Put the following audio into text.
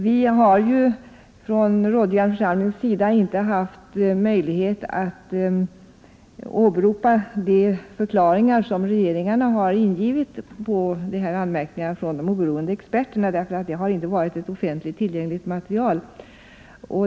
Vi har från den rådgivande församlingens sida inte haft möjlighet att åberopa de förklaringar som regeringarna har ingivit på anmärkningarna från de oberoende experterna, därför att det har inte varit ett offentligt tillgängligt material.